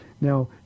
Now